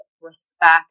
respect